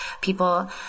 people